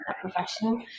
professional